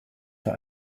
für